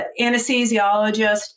anesthesiologist